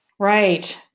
Right